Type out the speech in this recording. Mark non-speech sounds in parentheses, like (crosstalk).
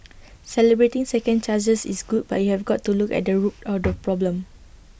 (noise) celebrating second chances is good but you have got to look at the root of the (noise) problem